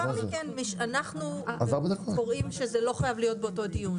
אנחנו חושבים שזה לא חייב להיות באותו דיון.